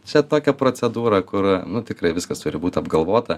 čia tokia procedūra kur nu tikrai viskas turi būt apgalvota